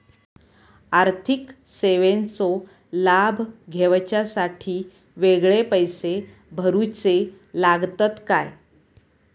आर्थिक सेवेंचो लाभ घेवच्यासाठी वेगळे पैसे भरुचे लागतत काय?